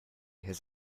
his